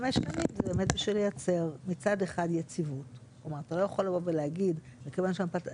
שופטי הרוב, חמישה נגד ארבעה, דחו את העתירות